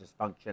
dysfunction